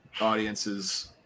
audiences